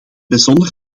bijzonder